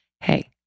hey